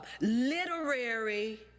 literary